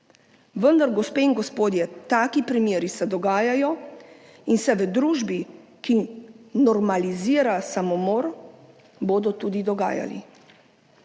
Vendar se, gospe in gospodje, taki primeri dogajajo in se bodo v družbi, ki normalizira samomor, tudi dogajali.